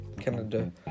canada